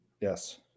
Yes